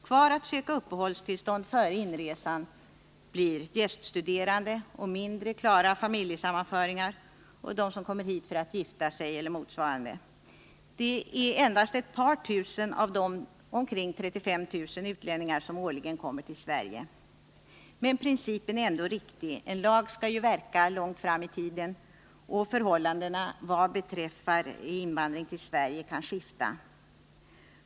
Kvar att söka uppehållstillstånd före inresan blir gäststuderande, mindre klara familjesammanföringsfall och de som kommer hit för att gifta sig eller motsvarande, dvs. endast ett par tusen av de omkring 35 000 utlänningar som årligen kommer till Sverige. Men principen är ändå riktig — en lag skall ju verka långt fram i tiden, och förhållandena vad beträffar invandringen till Sverige kan skifta.